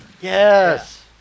Yes